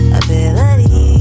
ability